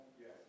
Yes